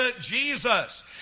Jesus